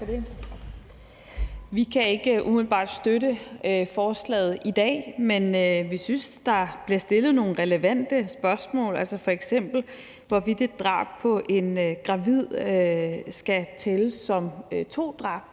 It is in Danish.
Vi kan ikke umiddelbart støtte forslaget i dag, men vi synes, der bliver stillet nogle relevante spørgsmål, altså f.eks. hvorvidt et drab på en gravid skal tælle som to drab.